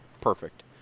perfect